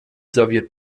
soviet